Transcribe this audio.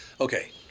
okay